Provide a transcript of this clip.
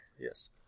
Yes